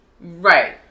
right